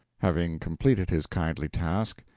having completed his kindly task,